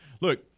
Look